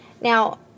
Now